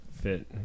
fit